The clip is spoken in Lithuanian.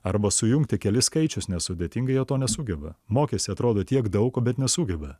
arba sujungti kelis skaičius nesudėtinga jie to nesugeba mokėsi atrodo tiek daug o bet nesugeba